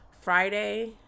Friday